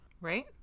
Right